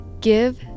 Give